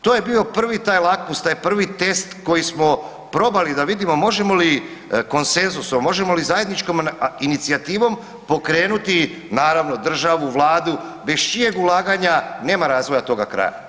To je bio prvi taj lakmus, taj privi test koji smo probali da vidimo možemo li konsenzusom, možemo li zajedničkom inicijativom pokrenuti naravno državu, vladu, bez čijeg ulaganja nema razvoja toga kraja.